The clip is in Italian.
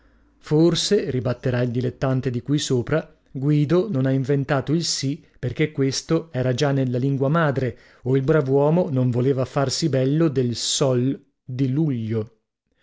forse ribatterà il dilettante di cui sopra guido non ha inventato il si perchè questo era già nella lingua madre o il brav'uomo non voleva farsi bello del sol di luglio